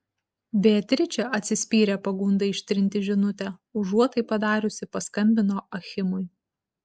beatričė atsispyrė pagundai ištrinti žinutę užuot tai padariusi paskambino achimui